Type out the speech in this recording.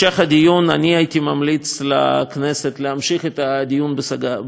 הייתי ממליץ לכנסת להמשיך את הדיון בסוגיה הזאת.